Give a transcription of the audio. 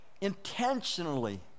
intentionally